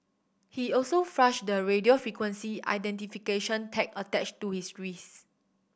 he also flushed the radio frequency identification tag attached to his wrist